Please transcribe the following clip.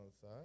side